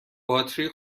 باتری